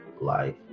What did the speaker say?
life